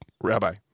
rabbi